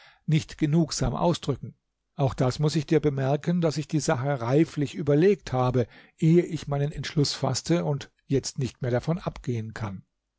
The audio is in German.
nicht genugsam ausdrücken auch das muß ich dir bemerken daß ich die sache reiflich überlegt habe ehe ich meinen entschluß faßte und jetzt nicht mehr davon abgehen kann